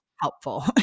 helpful